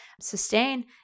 sustain